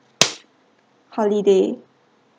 holiday